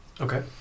Okay